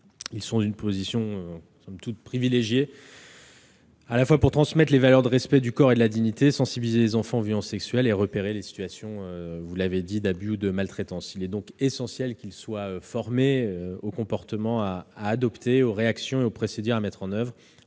Ils sont dans une position privilégiée pour transmettre les valeurs de respect du corps et de la dignité, sensibiliser les enfants aux violences sexuelles et repérer les situations d'abus ou de maltraitance. Il est donc essentiel qu'ils soient formés aux comportements à adopter, aux informations à communiquer et aux procédures à mettre en oeuvre.